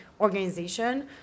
organization